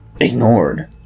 ignored